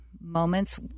moments